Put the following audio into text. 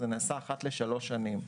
זה נעשה אחת לשלוש שנים.